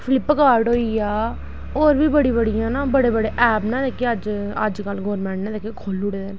Flipkart होई गेआ और बी बड़ी बड़ियां न बड़े बड़े ऐप ना जेह्के अज्ज अज्ज कल गौरमैंट ने जेह्के खोली ओड़े दे न